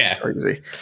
crazy